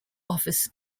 office